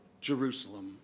Jerusalem